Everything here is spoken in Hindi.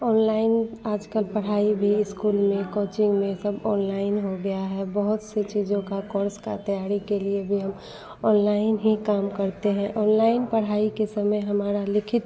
ऑनलाइन आज कल पढ़ाई भी इस्कूल में कोचिंग में सब ऑनलाइन हो गया है अब बहुत से चीज़ों का कोर्स की तैयारी के लिए भी हम ऑनलाइन ही काम करते हैं ऑनलाइन पढ़ाई के समय हमारा लिखित